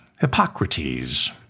Hippocrates